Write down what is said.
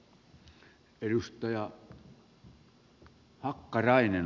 arvoisa puhemies